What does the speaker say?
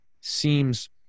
seems